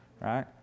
right